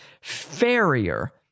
Farrier